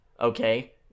Okay